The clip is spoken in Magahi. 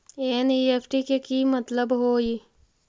एन.ई.एफ.टी के कि मतलब होइ?